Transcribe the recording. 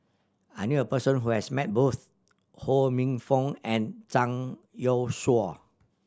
I knew a person who has met both Ho Minfong and Zhang Youshuo